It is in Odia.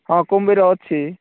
ହଁ କୁମ୍ଭୀର ଅଛି